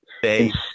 face